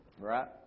Right